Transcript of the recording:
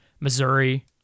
Missouri